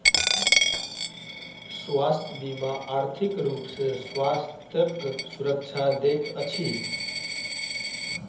स्वास्थ्य बीमा आर्थिक रूप सॅ स्वास्थ्यक सुरक्षा दैत अछि